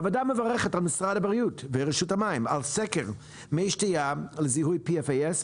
הוועדה מברכת את משרד הבריאות ורשות המים על סקר מי שתייה לזיהוי PFAS,